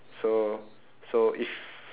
so so if